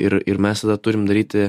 ir ir mes turim daryti